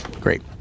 Great